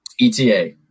ETA